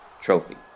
trophy